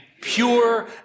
pure